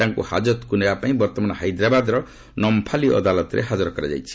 ତାଙ୍କୁ ହାକ୍ତକୁ ନେବାପାଇଁ ବର୍ତ୍ତମାନ ହାଇଦ୍ରାବାଦର ନାମ୍ପାଲି ଅଦାଲତରେ ହାକର କରାଯାଇଛି